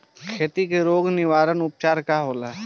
खेती के रोग निवारण उपचार का होला?